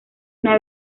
una